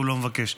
בבקשה.